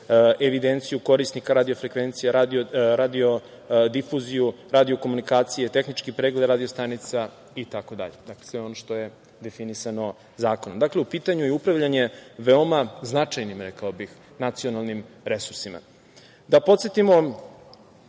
evidenciju korisnika radiofrekvencija, radiodifuziju, radiokomunikacije, tehnički pregled radio stanica itd, sve ono što je definisano zakonom. Dakle, u pitanju je upravljanje veoma značajnim, rekao bih nacionalnim resursima. Da podsetimo,